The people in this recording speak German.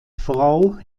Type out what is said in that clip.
frau